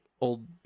old